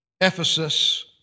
Ephesus